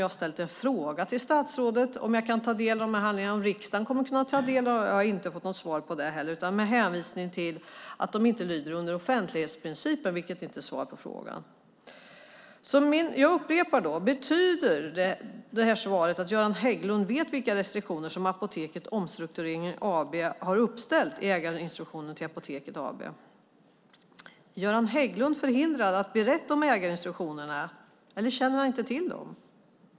Jag har ställt en skriftlig fråga till statsrådet om jag kan ta del av handlingarna och om riksdagen kommer att kunna ta del av dem. Jag har inte fått något svar på det heller, utan en hänvisning till att de inte lyder under offentlighetsprincipen, vilket inte är svar på frågan. Jag upprepar: Betyder det här svaret att Göran Hägglund vet vilka restriktioner som Apoteket Omstrukturering AB har uppställt i ägarinstruktionen till Apoteket AB? Är Göran Hägglund förhindrad att berätta om ägarinstruktionerna, eller känner han inte till dem?